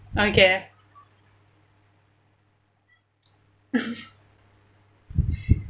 okay